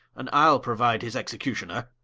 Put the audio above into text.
and ile prouide his executioner,